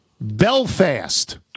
Belfast